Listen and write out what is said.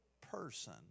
person